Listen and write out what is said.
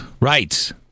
Right